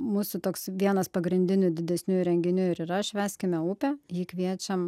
mūsų toks vienas pagrindinių didesniųjų renginių ir yra švęskime upę į jį kviečiam